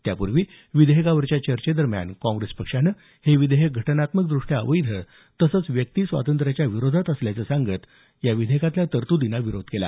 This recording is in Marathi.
त्यापूर्वी विधेयकावरच्या चर्चेदरम्यान काँग्रेस पक्षानं हे विधेयक घटनात्मकदृष्ट्या अवैध तसंच व्यक्तिस्वातंत्र्याच्या विरोधात असल्याचं सांगत या विधेयकाला विरोध केला